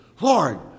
Lord